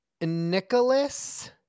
Nicholas